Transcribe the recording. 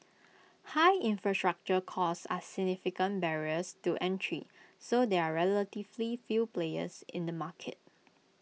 high infrastructure costs are significant barriers to entry so there are relatively few players in the market